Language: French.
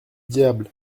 diable